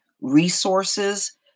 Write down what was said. resources